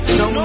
no